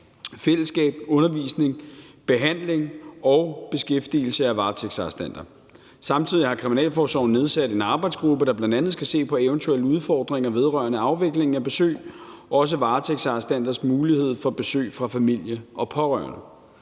fællesskab, undervisning, behandling og beskæftigelse af varetægtsarrestanter. Samtidig har kriminalforsorgen nedsat en arbejdsgruppe, der bl.a. skal se på eventuelle udfordringer vedrørende afviklingen af besøg og også varetægtsarrestanters mulighed for besøg af familie og pårørende.